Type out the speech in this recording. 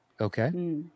Okay